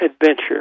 Adventure